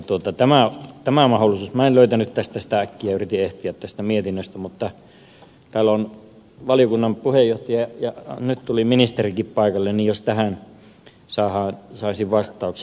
minä en löytänyt äkkiä tätä mahdollisuutta yritin etsiä sitä mietinnöstä mutta kun täällä on valiokunnan puheenjohtaja ja nyt tuli ministerikin paikalle niin jos tähän saisin vastauksen